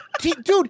dude